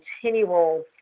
continual